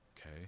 okay